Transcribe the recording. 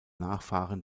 nachfahren